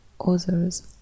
others